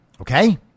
Okay